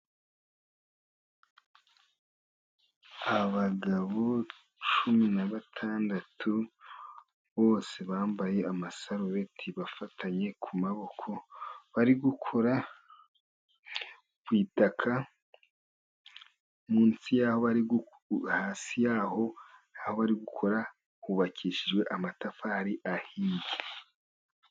Abagabo cumi na batandatu bose, bambaye amasarubeti, bafatanye ku maboko bari gukora ku itaka, munsi ya ho, hasi yaho bari gukora hubakishijwe amatafari ahiye.